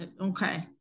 okay